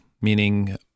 meaning